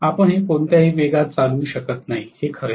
आपण हे कोणत्याही वेगात चालवू शकत नाही हे खरे आहे